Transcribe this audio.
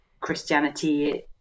Christianity